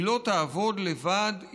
היא לא תעבוד לבד,